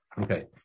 Okay